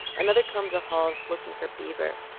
another combed the halls looking for bieber,